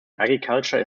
agriculture